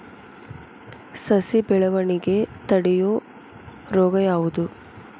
ಸಸಿ ಬೆಳವಣಿಗೆ ತಡೆಯೋ ರೋಗ ಯಾವುದು?